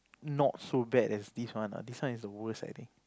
not so bad as this one ah this one is the worst I think